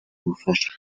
ubufasha